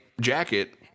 jacket